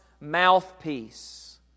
mouthpiece